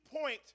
point